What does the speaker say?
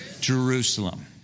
Jerusalem